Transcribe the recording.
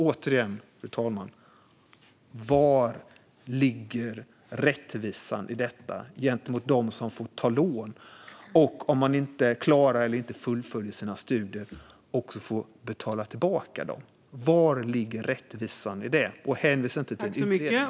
Återigen, fru talman: Var ligger rättvisan i detta gentemot dem som får ta lån och som, ifall de inte klarar eller fullföljer sina studier, får betala tillbaka dessa? Och hänvisa inte till en utredning!